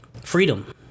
freedom